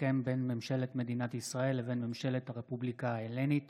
הסכם בין ממשלת מדינת ישראל לבין ממשלת הרפובליקה ההלנית